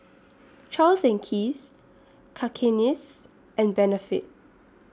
Charles and Keith Cakenis and Benefit